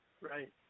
Right